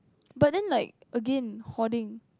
but then like again hoarding